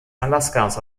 alaskas